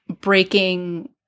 breaking